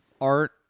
art